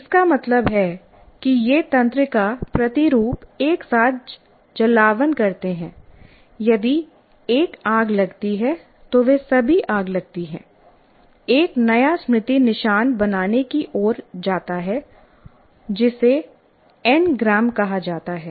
इसका मतलब है कि ये तंत्रिका प्रतिरूप एक साथ जलावन करते हैं यदि एक आग लगती है तो वे सभी आग लगती हैं एक नया स्मृति निशान बनाने की ओर जाता है जिसे एनग्राम कहा जाता है